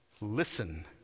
listen